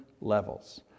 levels